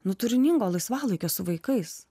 nu turiningo laisvalaikio su vaikais